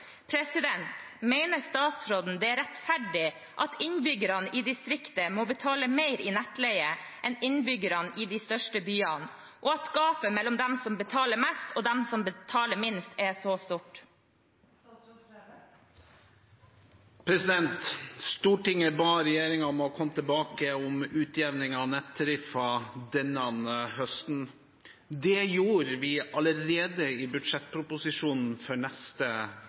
Mener statsråden det er rettferdig at innbyggerne i distriktet må betale mer i nettleie enn innbyggerne i de største byene, og at gapet mellom dem som betaler mest, og dem som betaler minst, er så stort? Stortinget ba regjeringen om å komme tilbake om utjevning av nettariffer denne høsten. Det gjorde vi allerede i budsjettproposisjonen for neste